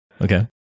Okay